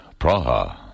Praha